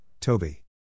Toby